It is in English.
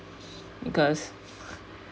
because